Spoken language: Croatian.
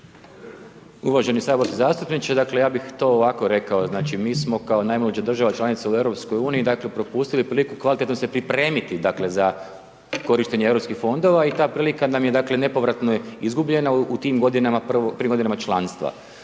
Uvaženi saborski zastupniče. Dakle, ja bih to ovako rekao. Znači, mi smo kao najmlađa država članica u EU, dakle propustili priliku kvalitetno se pripremiti za korištenje EU fondova i ta prilika nam je dakle nepovratno izgubljena u tim godinama, prvih